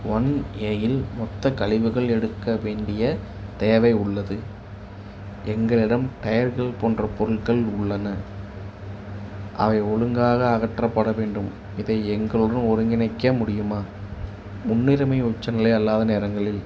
ஒன்ஏயில் மொத்தக் கழிவுகள் எடுக்க வேண்டிய தேவை உள்ளது எங்களிடம் டயர்கள் போன்ற பொருட்கள் உள்ளன அவை ஒழுங்காக அகற்றப்பட வேண்டும் இதை எங்களுடன் ஒருங்கிணைக்க முடியுமா முன்னுரிமை உச்சநிலை அல்லாத நேரங்களில்